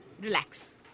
relax